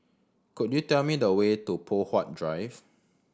could you tell me the way to Poh Huat Drive